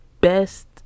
best